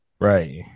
Right